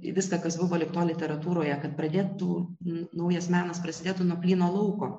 viską kas buvo lig tol literatūroje kad pradėtų naujas menas prasidėtų nuo plyno lauko